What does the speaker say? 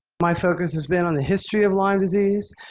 my focus has been on the history of lyme disease,